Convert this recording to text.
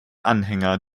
anhänger